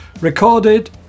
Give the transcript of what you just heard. recorded